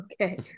Okay